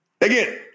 Again